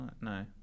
No